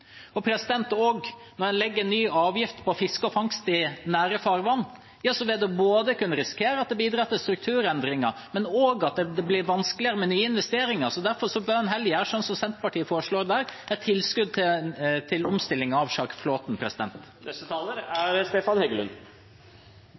Når en også legger en ny avgift på fiske og fangst i nære farvann, vil man både kunne risikere at det bidrar til strukturendringer, og at det blir vanskeligere med nye investeringer. Derfor bør en heller gjøre sånn som Senterpartiet foreslår: et tilskudd til omstilling av sjarkflåten. Jeg hadde bare lyst til